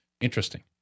Interesting